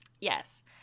yes